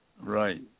Right